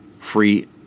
free